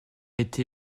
été